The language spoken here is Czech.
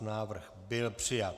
Návrh byl přijat.